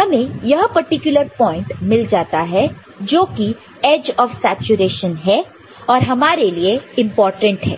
तो हमें यह पर्टिकुलर पॉइंट मिल जाता है जो कि एज ऑफ सैचुरेशन है और हमारे लिए इंपॉर्टेंट है